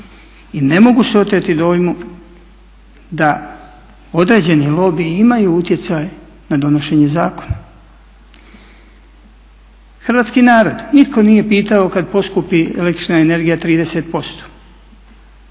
I ne mogu se oteti dojmu da određeni lobiji imaju utjecaj na donošenje zakona. Hrvatski narod nitko nije pitao kad poskupi električna energija 30%.